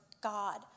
God